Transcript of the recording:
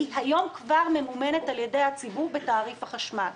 היא היום כבר ממומנת על ידי הציבור בתעריף החשמל.